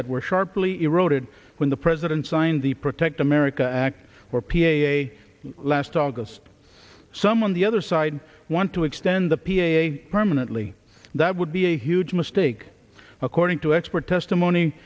that were sharply eroded when the president signed the protect america act where p a a last august some on the other side want to extend the p a permanently that would be a huge mistake according to expert testimony